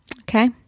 Okay